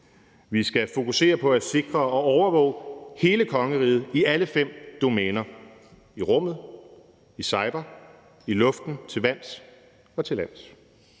Vi skal fokusere på at sikre og overvåge hele kongeriget i alle fem domæner, i rummet, i cyberspace, i luften, til vands og til lands.